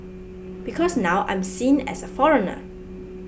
because now I'm seen as a foreigner